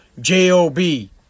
J-O-B